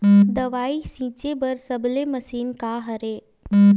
दवाई छिंचे बर सबले मशीन का हरे?